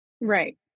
Right